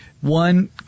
one